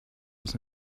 was